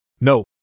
No